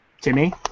Timmy